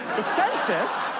census.